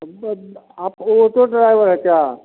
अब अब आप ओटो ड्राइवर है क्या